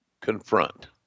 confront